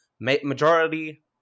majority